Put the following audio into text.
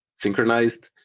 synchronized